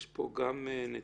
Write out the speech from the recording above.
יש פה גם שני